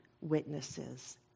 witnesses